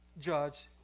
judge